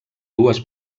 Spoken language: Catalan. dues